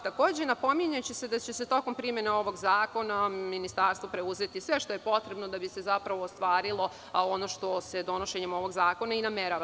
Takođe, napominje se da će tokom primene ovog zakona Ministarstvo preuzeti sve što je potrebno da bi se ostvarilo ono što se donošenjem ovog zakona i namerava.